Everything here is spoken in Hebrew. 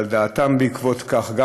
וגם על דעתם בעקבות זאת.